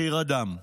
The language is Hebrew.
מחיר הדם.